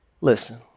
listen